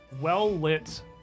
well-lit